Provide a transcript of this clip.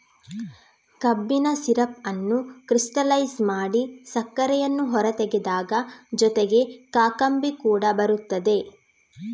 ಕಬ್ಬಿನ ಸಿರಪ್ ಅನ್ನು ಕ್ರಿಸ್ಟಲೈಜ್ ಮಾಡಿ ಸಕ್ಕರೆಯನ್ನು ಹೊರತೆಗೆದಾಗ ಜೊತೆಗೆ ಕಾಕಂಬಿ ಕೂಡ ಬರುತ್ತದೆ